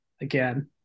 again